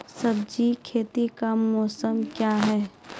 सब्जी खेती का मौसम क्या हैं?